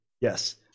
yes